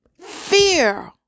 fear